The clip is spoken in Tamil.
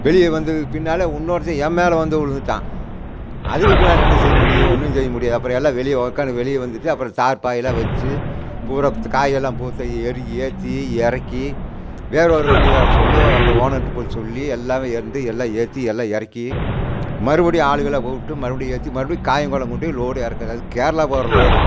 வெளியே வந்ததுக்கு பின்னால் இன்னொருத்தன் ஏம் மேல வந்து விழுந்துட்டான் அதுக்கு பின்னாடி என்ன செய்ய முடியும் ஒன்றும் செய்ய முடியாது அப்பறம் எல்லாம் வெளியே உட்காந்து வெளிய வந்துட்டு அப்பறம் தார் பாயி எல்லாம் வச்சு பூரா காயல்லாம் ஏற்றி இறக்கி வேற ஒரு வண்டி வர சொல்லி அப்பறம் ஓனர்கிட்ட போய் சொல்லி எல்லாமே வந்து எல்லாம் ஏற்றி எல்லாம் இறக்கி மறுபடியும் ஆளுங்களை கூப்பிட்டு மறுபடியும் ஏற்றி மறுபடியும் காயிங்களை கொண்டு லோடு இறக்க கேரளா போகிற லோடு